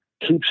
keeps